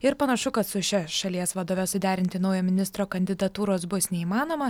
ir panašu kad su šia šalies vadove suderinti naujo ministro kandidatūros bus neįmanoma